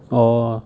uh